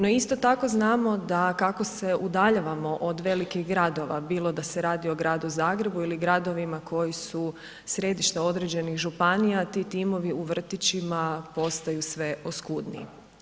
No isto tako znamo da kako se udaljavamo od velikih gradova, bilo da se radi o Gradu Zagrebu ili o gradovima koji su središta određenih županija, ti timovi u vrtićima postaju sve oskudniji.